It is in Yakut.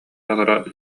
аллара